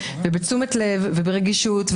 ובתשומת לב וברגישות,